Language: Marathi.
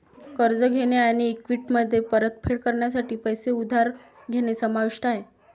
कर्ज घेणे आणि इक्विटीमध्ये परतफेड करण्यासाठी पैसे उधार घेणे समाविष्ट आहे